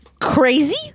crazy